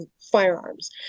firearms